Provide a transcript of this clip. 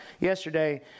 yesterday